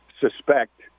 suspect